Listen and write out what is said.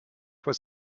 was